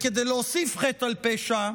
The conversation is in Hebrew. כדי להוסיף חטא על פשע,